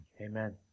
Amen